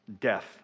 death